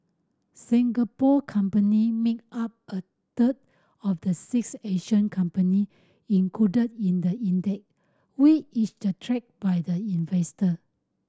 Singapore company made up a third of the six Asian company included in the index which is tracked by the investor